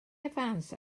evans